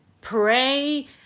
pray